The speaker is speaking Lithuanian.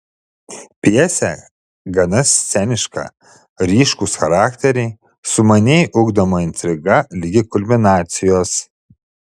pjesė gana sceniška ryškūs charakteriai sumaniai ugdoma intriga ligi kulminacijos